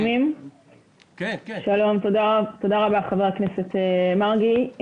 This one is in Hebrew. תודה רבה, חבר הכנסת מרגי.